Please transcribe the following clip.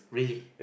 really